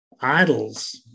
idols